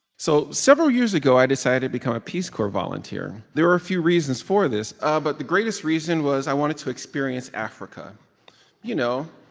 so several years ago, i decided to become a peace corps volunteer. there were a few reasons for this. ah but the greatest reason was i wanted to experience africa you know,